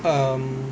um